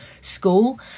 school